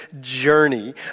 journey